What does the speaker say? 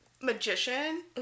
magician